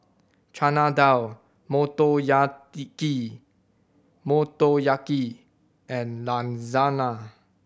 Chana Dal Motoyaki and Lasagna